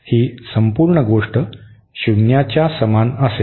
ही संपूर्ण गोष्ट शून्याच्या समान असेल